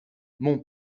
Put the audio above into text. mon